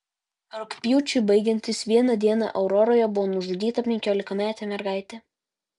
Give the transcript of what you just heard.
rugpjūčiui baigiantis vieną dieną auroroje buvo nužudyta penkiolikametė mergaitė